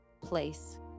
place